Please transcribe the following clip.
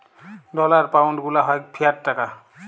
dollar, pound গুলা হ্যয় fiat টাকা